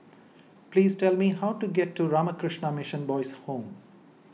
please tell me how to get to Ramakrishna Mission Boys' Home